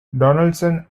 donaldson